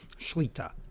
Shlita